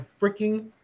freaking